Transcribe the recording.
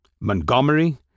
Montgomery